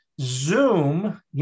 Zoom